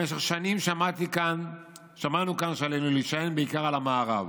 במשך שנים שמענו כאן שעלינו להישען בעיקר על המערב,